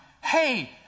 hey